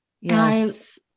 yes